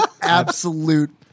absolute